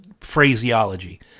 phraseology